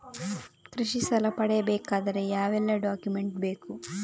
ಕೃಷಿ ಸಾಲ ಪಡೆಯಬೇಕಾದರೆ ಯಾವೆಲ್ಲ ಡಾಕ್ಯುಮೆಂಟ್ ಬೇಕು?